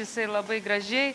jisai labai gražiai